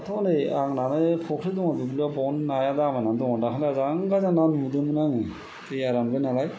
दाथ' नै आंनानो फख्रि दङ दुब्लिआव बावनो नाया दामायनानै दङ दाखालि आजां गाजां ना मोनबोदोंमोन आङो दैआ रानबाय नालाय